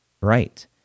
right